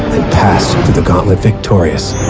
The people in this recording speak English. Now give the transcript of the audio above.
passed with the gauntlet victorious.